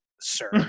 sir